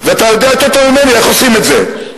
ואתה יודע יותר טוב ממני איך עושים את זה.